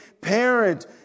parent